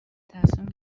تصمیم